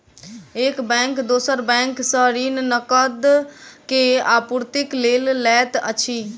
एक बैंक दोसर बैंक सॅ ऋण, नकद के आपूर्तिक लेल लैत अछि